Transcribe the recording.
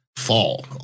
fall